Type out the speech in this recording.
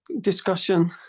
discussion